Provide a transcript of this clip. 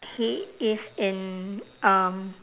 he is in um